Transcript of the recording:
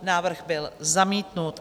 Návrh byl zamítnut.